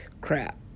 crap